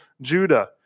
Judah